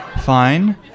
fine